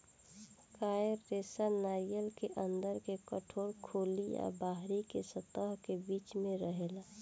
coir रेशा नारियर के अंदर के कठोर खोली आ बाहरी के सतह के बीच में रहेला